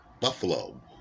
Buffalo